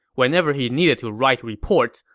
whenever he needed to write reports,